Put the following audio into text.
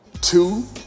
Two